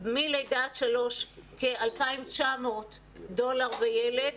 מלידה עד שלוש כ-2,900 דולר בילד,